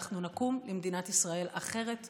אנחנו נקום למדינת ישראל אחרת לגמרי.